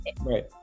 Right